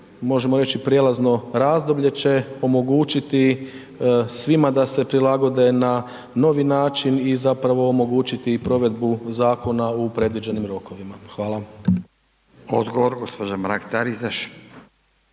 možemo reći prijelazno razdoblje će omogućiti svima da se prilagode na novi način i zapravo omogućiti i provedbu zakona u predviđenim rokovima. Hvala. **Radin, Furio